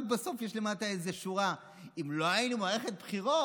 רק בסוף יש למטה איזושהי שורה: אם לא היינו במערכת בחירות,